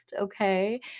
Okay